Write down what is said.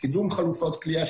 קידום חלופות כליאה,